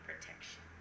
protection